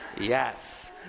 Yes